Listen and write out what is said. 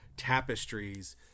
tapestries